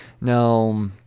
Now